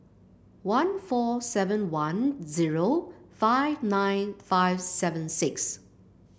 one four seven one zero five nine five seven six